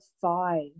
five